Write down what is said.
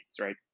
right